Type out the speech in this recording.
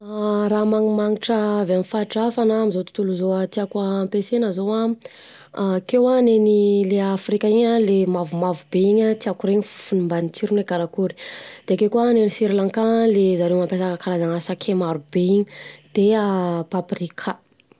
Raha magnimagnitra avy amin'ny faritra hafa na amin'izao tontolo izao tiako ampiasaina zao an, akeo an, ny an'ny le afrika iny an le mavomavo be iny tiako ho regny fofony mbany tsirony hoe: karakory de akeo koa ny sirlanka le zareo mampiasa karazana sakay marobe iny, de an paprika.